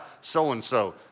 so-and-so